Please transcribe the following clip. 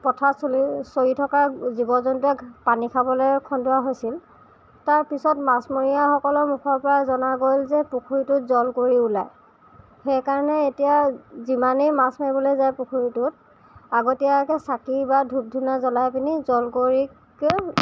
পথাৰত চৰি থকা জীৱ জন্তুৱে পানী খাবলৈ খন্দোৱা হৈছিল তাৰপিছত মাছমৰীয়াসকলৰ মুখৰ পৰা জনা গ'ল যে পুখুৰীটোত জলকুঁৱৰী ওলায় সেইকাৰণে এতিয়া যিমানেই মাছ মাৰিবলৈ যায় পুখুৰীটোত আগতীয়াকৈ চাকি বা ধূপ ধূনা জ্বলাই পিনি জলকুঁৱৰীক